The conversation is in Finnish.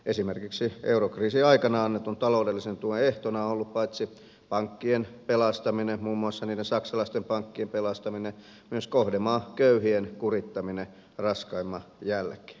esimerkiksi eurokriisin aikana annetun taloudellisen tuen ehtona on ollut paitsi pankkien pelastaminen muun muassa niiden saksalaisten pankkien pelastaminen myös kohdemaan köyhien kurittaminen raskaimman jälkeen